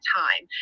time